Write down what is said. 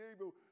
able